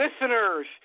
Listeners